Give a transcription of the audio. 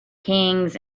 kings